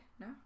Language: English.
No